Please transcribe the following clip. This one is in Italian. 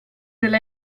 della